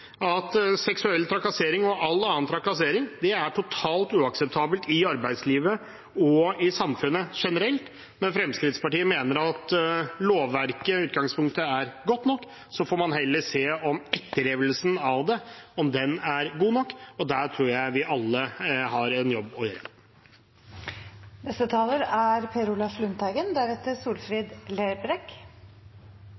at seksuell trakassering og all annen trakassering er totalt uakseptabelt i arbeidslivet og i samfunnet generelt. Men Fremskrittspartiet mener at lovverket i utgangspunktet er godt nok, så får man heller se om etterlevelsen av det er god nok, og der tror jeg vi alle har en jobb å gjøre. Dette er